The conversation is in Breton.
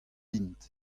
int